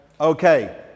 okay